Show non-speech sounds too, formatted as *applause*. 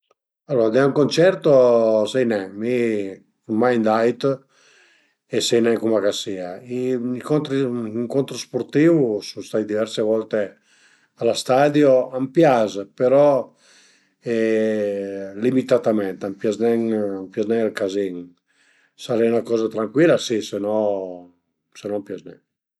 Alura andé a ün concerto sai nen, mi sun mai andait e sai nen cuma ch'a sia. Ün incontro spurtìu, sun stait diverse volte a lë stadio, a m'pias però *hesitation* limitatament, a m'pias nen a m'pias nen ël cazin, s'al e 'na coza trancuila si, se no se no a m'pias nen